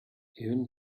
even